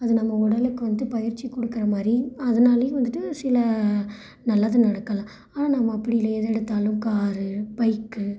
அது நம்ம உடலுக்கு வந்துட்டு பயிற்சி கொடுக்குற மாதிரி அதுனாலேயும் வந்துவிட்டு சில நல்லது நடக்கலாம் ஆனால் நம்ம அப்படி இல்லை எதை எடுத்தாலும் காரு பைக்கு